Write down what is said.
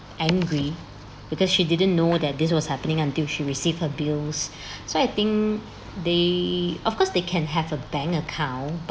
angry because she didn't know that this was happening until she received her bills so I think they of course they can have a bank account